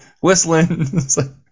whistling